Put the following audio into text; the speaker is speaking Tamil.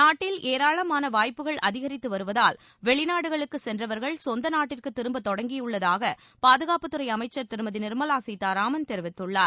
நாட்டின் ஏராளமான வாய்ப்புகள் அதிகரித்து வருவதால் வெளிநாடுகளுக்கு சென்றவர்கள் சொந்த நாட்டிற்கு திரும்பத் தொடங்கியுள்ளதாக பாதுகாப்புத்துறை அமைச்சர் திருமதி நிர்மலா சீதாராமன் தெரிவித்துள்ளார்